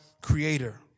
Creator